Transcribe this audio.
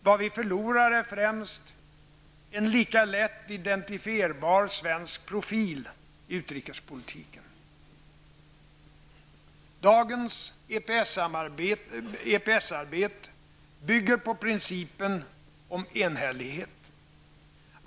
Vad vi förlorar är främst en lika lätt identifierbar svensk profil i utrikespolitiken. Dagens EPS-arbete bygger på principen om enhällighet.